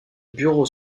bureau